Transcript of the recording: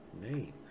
name